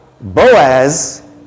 Boaz